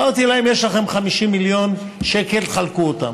אמרתי להם: יש לכם 50 מיליון שקל, תחלקו אותם.